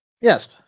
Yes